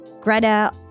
Greta